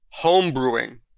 homebrewing